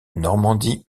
normandie